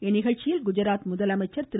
இந்நிகழ்ச்சியில் குஜராத் முதலமைச்சர் திரு